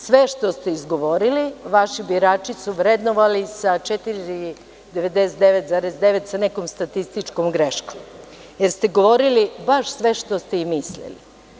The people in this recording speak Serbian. Sve što ste izgovorili, vaši birači su vrednovali sa 4,99 sa nekom statističkom greškom, jer ste govorili baš sve što ste i mislili.